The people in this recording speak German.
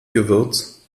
gewürz